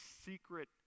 secret